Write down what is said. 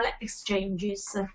exchanges